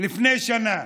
לפני שנה,